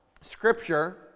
Scripture